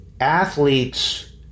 athletes